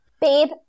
Babe